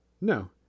No